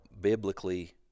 biblically